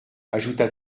ajouta